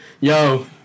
yo